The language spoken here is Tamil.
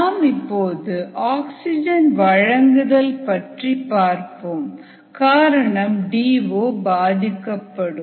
நாம் இப்போது ஆக்சிஜன் வழங்குதல் பற்றி பார்ப்போம் காரணம் டி ஓ பாதிக்கப்படும்